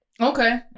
Okay